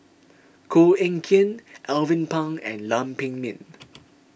Koh Eng Kian Alvin Pang and Lam Pin Min